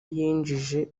yinjije